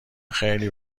خیلی